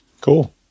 Cool